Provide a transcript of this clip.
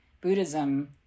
Buddhism